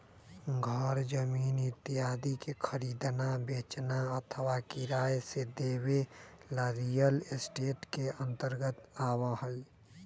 घर जमीन इत्यादि के खरीदना, बेचना अथवा किराया से देवे ला रियल एस्टेट के अंतर्गत आवा हई